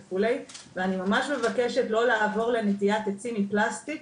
אני ממש מבקשת לא לעבור לנטיעת עצים מפלסטיק,